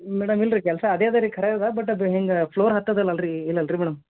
madam ಇಲ್ಲ ರಿ ಕೆಲಸ ಅದೇ ಅದ ರೀ ಖರೆ ಅದ ಬಟ್ ಅದು ಹಿಂಗೆ ಫ್ಲೋರ್ ಹತ್ತದಲ್ಲ ಅಲ್ಲರೀ ಇಲ್ಲ ಅಲ್ಲ ರೀ ಮೇಡಮ್